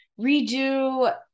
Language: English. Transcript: redo